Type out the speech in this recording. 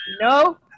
No